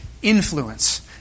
influence